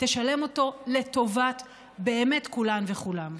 תשלם אותו באמת לטובת כולן וכולם.